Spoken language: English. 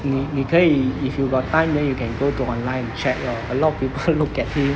你你可以 if you got time then you can go to online and check lor a lot of people look at him